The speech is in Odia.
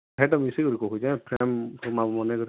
ହେଟା ମିଶିକରି କହୁଛେ ଫ୍ରେମ୍ ମନେ କରି କହୁଛେ